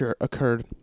occurred